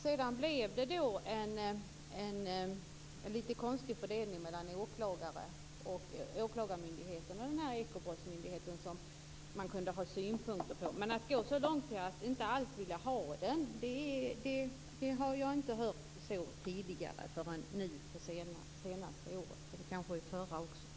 Sedan blev det en lite konstig fördelning mellan åklagarmyndigheten och Ekobrottsmyndigheten som man kunde ha synpunkter på, men att ni går så långt som att inte alls vilja ha den har jag inte hört förrän kanske de senaste två åren.